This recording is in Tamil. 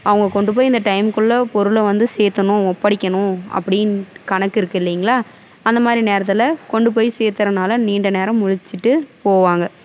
அவங்க கொண்டு போய் இந்த டைம்குள்ளே பொருளை வந்து சேர்த்துணும் ஒப்படைக்கணும் அப்படின் கணக்கு இருக்குது இல்லீங்களா அந்த மாதிரி நேரத்தில் கொண்டு போய் சேர்த்துறனால நீண்ட நேரம் முழிச்சுட்டு போவாங்க